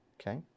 Okay